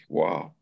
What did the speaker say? wow